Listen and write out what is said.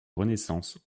renaissance